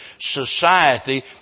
society